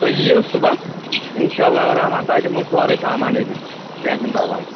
تُہۍ ییٖیِو صُبحس اِن شاء اللہُ رحمٰن تۄہہِ دِمَو سورُے سامان ییٚتی کیٚنٛہہ چھُ نہٕ پرواے